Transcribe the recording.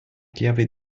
chiave